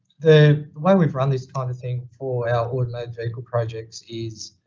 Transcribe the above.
the way we've run this kind of thing for our automated vehicle projects is,